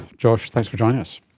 josh, thanks for joining us.